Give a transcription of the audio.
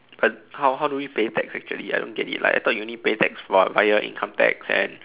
but how how do we pay tax actually I don't get it like I thought you only play tax v~ via income tax and